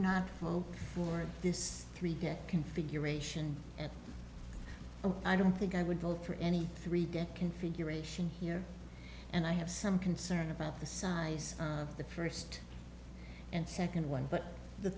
not go for this three configuration and i don't think i would vote for any three get configuration here and i have some concern about the size of the first and second one but the